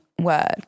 word